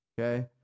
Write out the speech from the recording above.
Okay